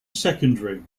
secondary